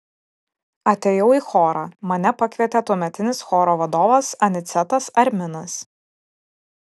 atėjau į chorą mane pakvietė tuometinis choro vadovas anicetas arminas